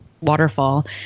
waterfall